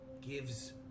Gives